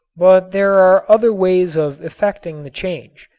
but there are other ways of effecting the change.